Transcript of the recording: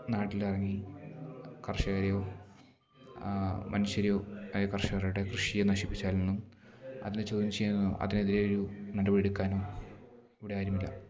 നാട്ടിലിറങ്ങി കർഷകരെയോ മനുഷ്യരെയോ ആയ കർഷകരുടെ കൃഷിയെ നശിപ്പിച്ചാലൊന്നും അതിനെ ചോദ്യം ചെയ്യാനോ അതിനെതിരെ ഒരു നടപടി എടുക്കാക്കാനോ ഇവിടെ ആരുമില്ല